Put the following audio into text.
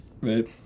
Right